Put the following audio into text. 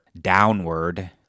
downward